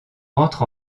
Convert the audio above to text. entre